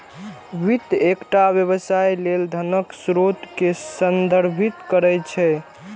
वित्त एकटा व्यवसाय लेल धनक स्रोत कें संदर्भित करै छै